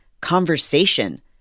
conversation